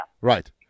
Right